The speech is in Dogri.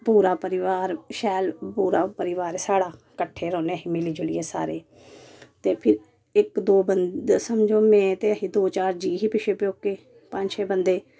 पूरा परिवार शैल पूरा परिवार स्हाड़ा कट्ठे रौह्ना मिली जुलियै सारे ते फिर इक दो समझो में ते अहें दो चार जी ही अहें पिच्छे प्योके पंज छे बंदे